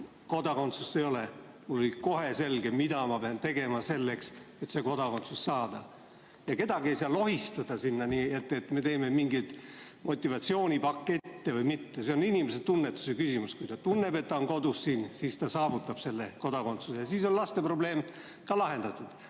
kodakondsust ei ole. Mulle oli kohe selge, mida ma pean tegema, et see kodakondsus saada. Kedagi ei saa kaasa lohistada sellega, et me teeme mingeid motivatsioonipakette – see on inimese tunnetuse küsimus. Kui ta tunneb, et ta on siin kodus, siis ta saavutab kodakondsuse ja siis on laste probleem ka lahendatud. Aga